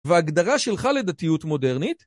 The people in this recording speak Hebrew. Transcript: והגדרה שלך לדתיות מודרנית